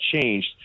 changed